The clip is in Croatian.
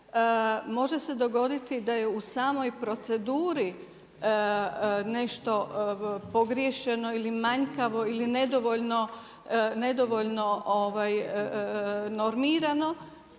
Može se dogoditi da je u samoj proceduri nešto pogriješeno ili manjkavo ili nedovoljno normirano,